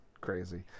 crazy